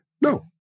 No